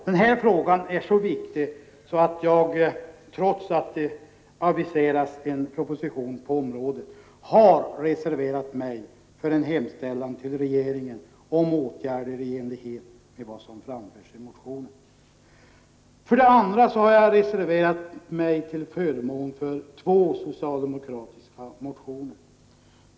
Den här frågan är så viktig att jag, trots att det aviseras en proposition på området, har reserverat mig för en hemställan till regeringen om åtgärder i enlighet med vad som framförs i motionen. För det andra har jag reserverat mig till förmån för två socialdemokratiska motioner.